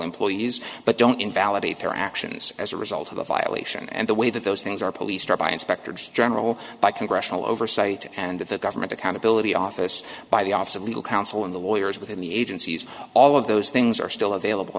employees but don't invalidate their actions as a result of the violation and the way that those things are policed by inspector general by congressional oversight and the government accountability office by the office of legal counsel in the years within the agencies all of those things are still available